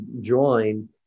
join